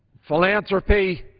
philanthropy